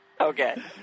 Okay